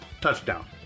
touchdown